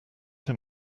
him